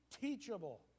teachable